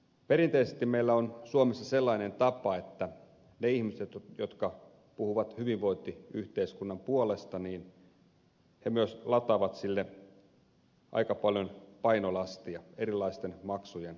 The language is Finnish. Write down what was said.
perinteisesti meillä on suomessa sellainen tapa että ne ihmiset jotka puhuvat hyvinvointiyhteiskunnan puolesta myös lataavat sille aika paljon painolastia erilaisten maksujen kautta